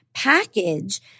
package